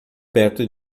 perto